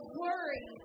worry